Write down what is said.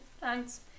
Thanks